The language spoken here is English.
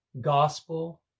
gospel